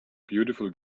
beautiful